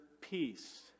peace